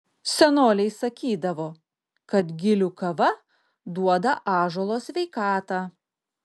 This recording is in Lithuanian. senoliai sakydavo kad gilių kava duoda ąžuolo sveikatą